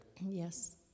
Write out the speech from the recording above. Yes